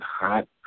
hot